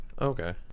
Okay